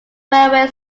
railway